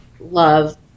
love